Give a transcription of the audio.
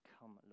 Come